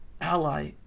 ally